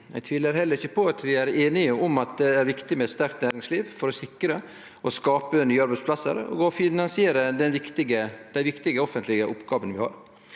Eg tvilar heller ikkje på – og vi er einige om – at det er viktig med eit sterkt næringsliv for å sikre og skape nye arbeidsplassar og finansiere dei viktige offentlege oppgåvene vi har.